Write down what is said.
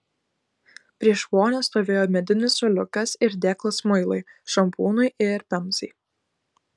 prieš vonią stovėjo medinis suoliukas ir dėklas muilui šampūnui ir pemzai